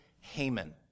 Haman